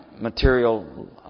material